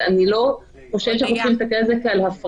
אז אני לא חושבת שאנחנו צריכים להסתכל על זה כהפרטה,